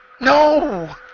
No